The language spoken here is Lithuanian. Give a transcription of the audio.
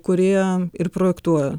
kurie ir projektuoja